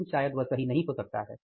लेकिन शायद वह सही नहीं हो सकता है